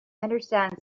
understand